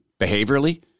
behaviorally